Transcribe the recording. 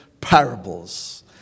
parables